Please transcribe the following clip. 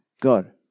God